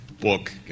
book